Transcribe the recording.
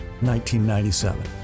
1997